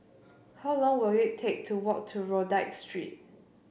how long will it take to walk to Rodyk Street